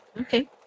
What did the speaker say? okay